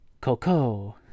Coco